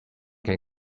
can